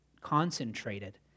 concentrated